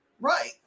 right